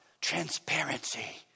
transparency